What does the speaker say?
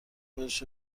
خودش